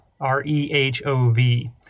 R-E-H-O-V